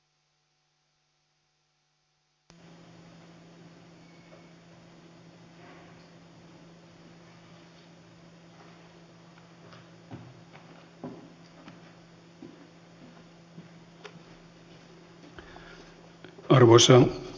arvoisa puhemies